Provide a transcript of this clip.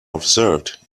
observed